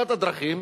אחת הדרכים